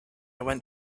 went